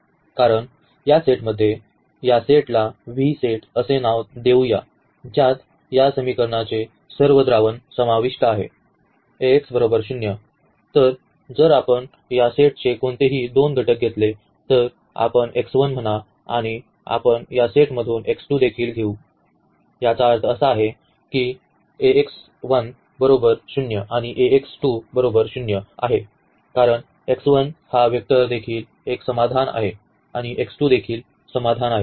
कारण या सेटमध्ये याला सेट V असे नाव देऊ या ज्यात या समीकरणाचे सर्व द्रावण समाविष्ट आहे तर जर आपण या सेटचे कोणतेही दोन घटक घेतले तर आपण म्हणा आणि आपण या सेटमधून देखील घेऊ याचा अर्थ असा की हे आणि आहे कारण हा वेक्टर देखील एक समाधान आहे आणि देखील समाधान आहे